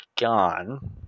gone